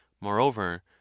moreover